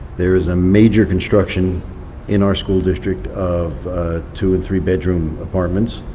there is a major construction in our school district of two and three bedroom apartments.